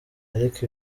ariko